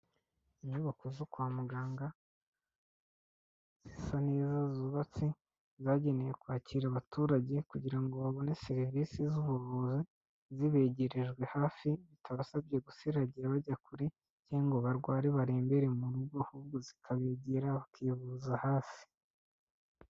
Inyubako zo kwa muganga zisa n'izo zubatse zagenewe kwakira abaturage kugira ngo babone serivisi z'ubuvuzi, zibegerejwe hafi bitabasabye gusiragira bajya kure cyangwa ngo barware barembere mu rugo ahubwo zikabegera bakivuza hafi.